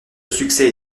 succès